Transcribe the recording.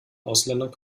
ausländern